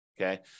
okay